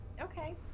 Okay